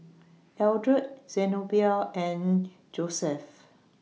Eldred Zenobia and Joeseph